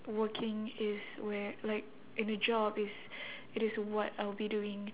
working is where like in a job is it is what I'll be doing